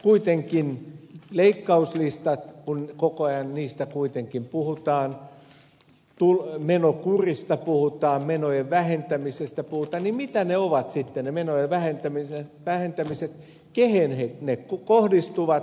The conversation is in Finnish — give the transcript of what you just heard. kuitenkin leikkauslistat kun koko ajan niistä kuitenkin puhutaan menokurista puhutaan menojen vähentämisestä puhutaan mitä ne menojen vähentämiset sitten ovat kehen ne kohdistuvat